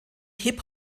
hip